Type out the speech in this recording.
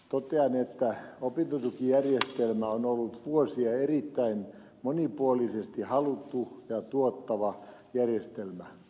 pk yrittäjänä totean että opintotukijärjestelmä on ollut vuosia erittäin monipuolisesti haluttu ja tuottava järjestelmä